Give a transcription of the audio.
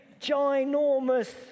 ginormous